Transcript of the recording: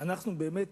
אנחנו באמת